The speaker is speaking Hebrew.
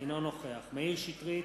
אינו נוכח מאיר שטרית,